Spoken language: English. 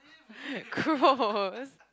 gross